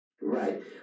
Right